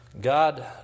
God